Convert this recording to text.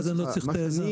אז אני לא צריך את היזם.